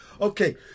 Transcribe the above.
Okay